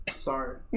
Sorry